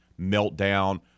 meltdown